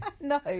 No